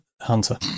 Hunter